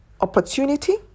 opportunity